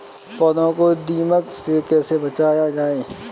पौधों को दीमक से कैसे बचाया जाय?